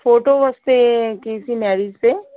photo ਵਾਸਤੇ ਕੀ ਸੀ ਮੈਰਿਜ 'ਤੇ